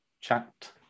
chat